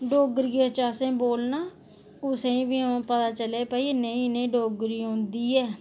डोगरी च असें बोलना कुसै ई बी भई पता चले कि भई इनें ई डोगरी औंदी ऐ